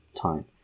time